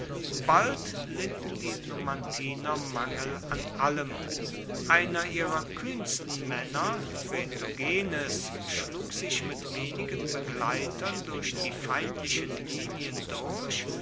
bald litten die numantiner mangel an allem einer ihrer kühnsten männer retogenes schlug sich mit wenigen begleitern durch die feindlichen linien durch